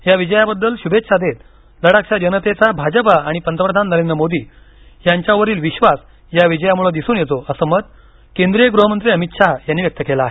या विजयाबद्द्ल शुभेच्छा देत लडाखच्या जनतेचा भाजपा आणि पंतप्रधान नरेंद्र मोदी यांच्यावरील विश्वास या विजयामुळ दिसून येतो असं मत केंद्रीय गृहमंत्री अमित शाह यांनी व्यक्त केलं आहे